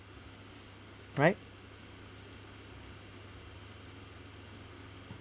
right